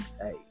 hey